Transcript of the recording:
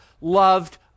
loved